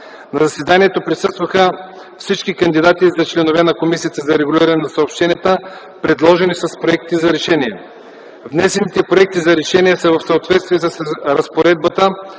На заседанието присъстваха всички кандидати за членове на Комисията за регулиране на съобщенията, предложени с проектите за решение. Внесените проекти за решение са в съответствие с разпоредбата